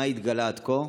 לשאול: 1. מה התגלה עד כה?